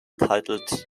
titled